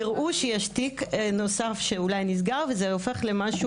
יראו שיש תיק נוסף שאולי נסגר וזה הופך למשהו